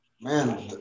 man